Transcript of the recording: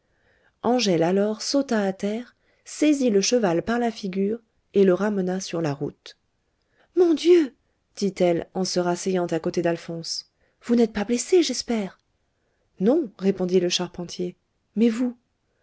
angèle alors sauta à terre saisit le cheval par la figure et le ramena sur la route mon dieu dit-elle en se rasseyant à côté d'alphonse vous n'êtes pas blessé j'espère non répondit le charpentier mais vous